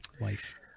life